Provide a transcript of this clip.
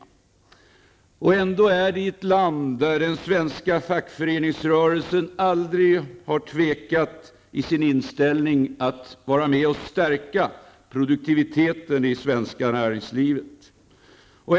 Och ändå befinner vi oss i ett land där fackföreningsrörelsen aldrig har tvekat i sin inställning att man skall vara med och stärka produktiviteten i vårt näringsliv.